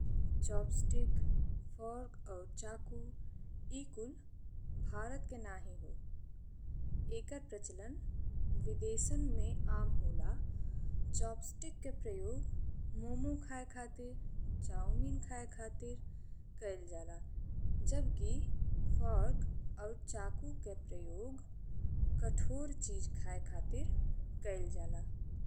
Chopstick, fork और चाकू ई कुल भारत के नाहीं हो। एकर प्रचलन विदेशन में आम होला। चॉपस्टिक के प्रयोग मोमो खाये खातिर, चौमिन खाये खातिर कइल जाला जबकि फोर्क अउर चाकू के प्रयोग कठोर चीज खाये खातिर कइल जाला।